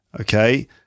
Okay